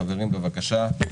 חברים, בבקשה.